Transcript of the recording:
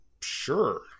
Sure